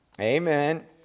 Amen